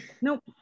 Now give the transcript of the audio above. nope